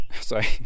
Sorry